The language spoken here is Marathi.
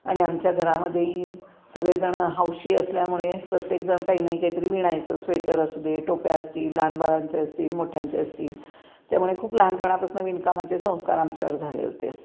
आणि आमच्या घरामध्येही सगळेजणं हौशी असल्यामुळे प्रत्येकजण काही नाही काही तरी विणायचं स्वेटर असू दे टोप्या असतील लहान बाळांचे असतील मोठ्यांचे असतील त्यामुळे खूप लहानपणापासून विणकामाचे संस्कार आमच्यावर झाले होते